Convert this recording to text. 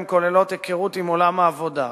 הן כוללות היכרות עם עולם העבודה,